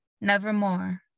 nevermore